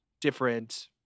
different